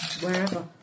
wherever